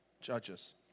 judges